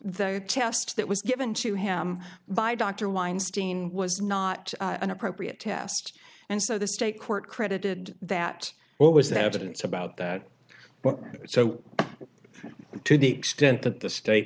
the test that was given to him by dr weinstein was not an appropriate test and so the state court credited that what was the evidence about that but so to the extent that the state